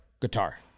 Guitar